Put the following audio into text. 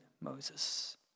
Moses